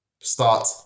start